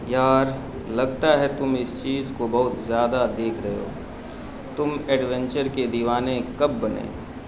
یار لگتا ہے تم اس چیز کو بہت زیادہ دیکھ رہے ہو تم ایڈوینچر کے دیوانے کب بنے